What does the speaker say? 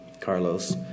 Carlos